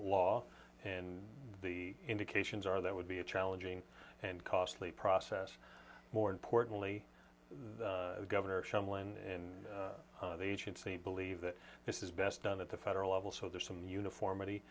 law and the indications are that would be a challenging and costly process more importantly governor shumlin the agency believe that this is best done at the federal level so there's some uniformity